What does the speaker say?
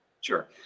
Sure